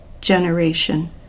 generation